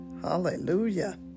Hallelujah